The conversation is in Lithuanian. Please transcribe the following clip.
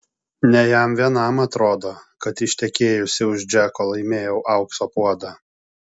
ne jam vienam atrodo kad ištekėjusi už džeko laimėjau aukso puodą